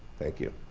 thank you.